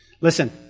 Listen